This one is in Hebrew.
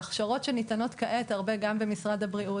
ההכשרות שניתנות כעת הרבה גם במשרד הבריאות